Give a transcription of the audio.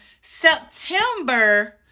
September